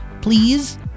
please